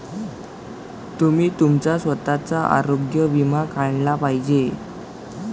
तुम्ही तुमचा स्वतःचा आरोग्य विमा काढला पाहिजे